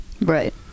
Right